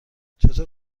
چطور